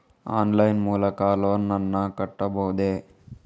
Online line ಮೂಲಕ loan ನನ್ನ ಕಟ್ಟಬಹುದೇ?